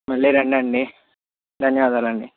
మళ్ళీ రండి అండి ధన్యవాదాలు అండి